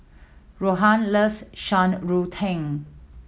Rohan loves Shan Rui Tang